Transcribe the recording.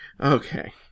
Okay